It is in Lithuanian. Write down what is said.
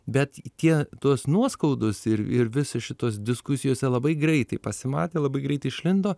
bet tie tos nuoskaudos ir ir visos šitos diskusijose labai greitai pasimatė labai greit išlindo